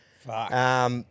Fuck